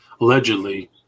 allegedly